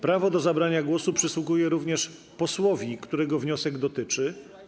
Prawo do zabrania głosu przysługuje również posłowi, którego wniosek dotyczy.